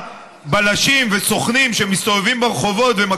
זה דבר שאתה חייב להכיר בו ולהודות